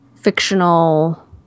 fictional